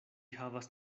havas